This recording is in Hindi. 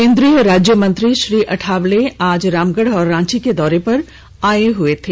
केन्द्रीय राज्यमंत्री श्री अठावले आज रामगढ़ और रांची के दौरे पर आये हए थे